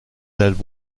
that